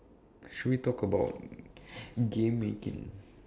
should we talk about game making